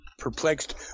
perplexed